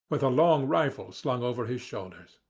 with a long rifle slung over his shoulders.